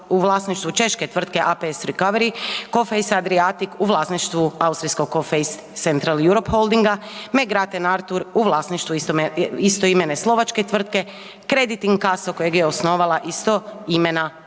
u vlasništvu češke tvrtke ASP Recovery, Coface Adriatic u vlasništvu austrijskog Coface Central Europe Holdinga, McGraten Artur u vlasništvu istoimene slovačke tvrtke, Kredyt Inkaso kojeg je osnovala istoimena